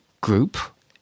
group